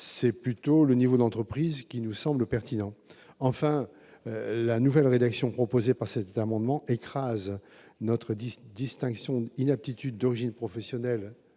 c'est plutôt le niveau d'entreprises qui nous semble pertinent, enfin la nouvelle rédaction proposée par cette amendement écrase notre 10 distinction d'inaptitude d'origine professionnelle